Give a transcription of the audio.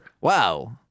Wow